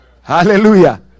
hallelujah